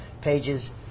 pages